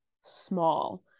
small